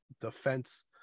defense